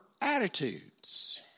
attitudes